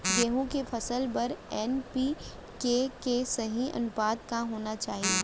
गेहूँ के फसल बर एन.पी.के के सही अनुपात का होना चाही?